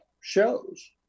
shows